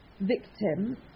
victim